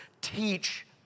teach